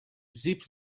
zip